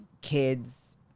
kids